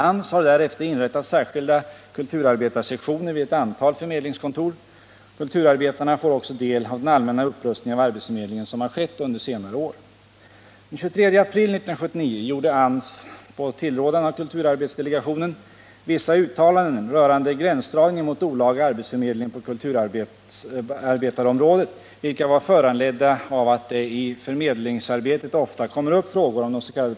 AMS har därefter inrättat särskilda kulturarbetarsektioner vid ett antal förmedlingskontor. Kulturarbetarna får också del av den allmänna upprustning av arbetsförmedlingen som har skett under senare år. Den 23 april 1979 gjorde AMS -— på tillrådan av kulturarbetsdelegationen — vissa uttalanden rörande gränsdragningen mot olaga arbetsförmedling på kulturarbetarområdet, vilka var föranledda av att det i förmedlingsarbetet ofta kommer upp frågor om dess.k.